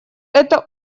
это